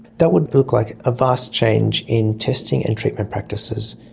that would look like a vast change in testing and treatment practices.